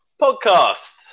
podcast